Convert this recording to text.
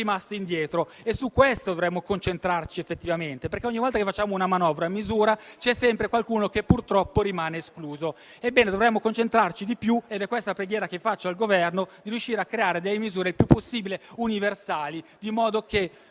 indietro e su questo dovremmo concentrarci effettivamente, perché, ogni volta che variamo una manovra, c'è sempre qualcuno che purtroppo rimane escluso. Ebbene, dovremmo concentrarci di più ed è questa la preghiera che faccio al Governo: riuscire a creare misure il più possibile universali, in modo da